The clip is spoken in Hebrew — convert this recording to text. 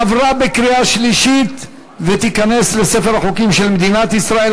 עברה בקריאה שלישית ותיכנס לספר החוקים של מדינת ישראל.